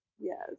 Yes